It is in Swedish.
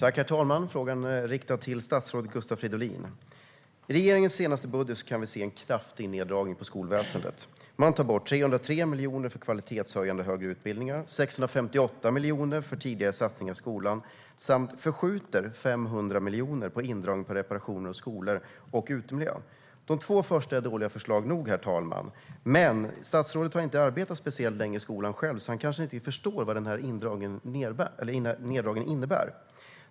Herr talman! Min fråga är riktad till statsrådet Gustav Fridolin. I regeringens senaste budget kan vi se en kraftig neddragning på skolväsendet. Man tar bort 303 miljoner för kvalitetshöjande högre utbildningar och 658 miljoner för tidiga satsningar i skolan samt förskjuter 500 miljoner i fråga om neddragning av reparationer av skolor och utemiljö. De två första är dåliga förslag nog. Men statsrådet har inte arbetat speciellt länge i skolan, så han kanske inte förstår vad denna neddragning innebär.